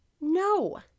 No